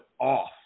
off